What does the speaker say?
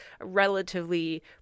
relatively